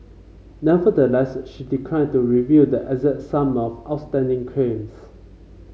nevertheless she declined to reveal the exact sum of outstanding claims